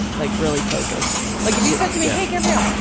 like really focused. like if you said to me, hey, gabrielle,